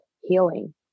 healing